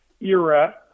era